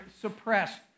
suppressed